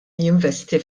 jinvesti